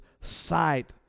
sight